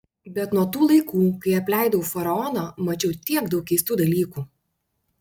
bet nuo tų laikų kai apleidau faraoną mačiau tiek daug keistų dalykų